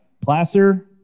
Placer